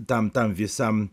tam tam visam